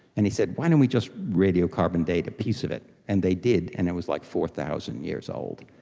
and he said why don't we just radiocarbon date a piece of it, and they did, and it was like four thousand years old.